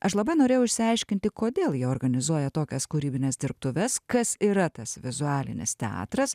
aš labai norėjau išsiaiškinti kodėl jie organizuoja tokias kūrybines dirbtuves kas yra tas vizualinis teatras